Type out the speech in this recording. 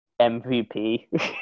mvp